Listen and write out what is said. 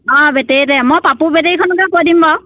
অঁ বেটেৰীতে মই পাপুৰ বেটেৰীখনকে কৈ দিম বাৰু